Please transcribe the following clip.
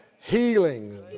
healing